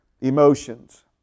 emotions